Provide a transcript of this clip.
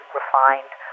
refined